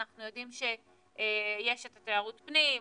אנחנו יודעים שיש את תיירות הפנים,